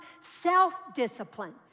self-discipline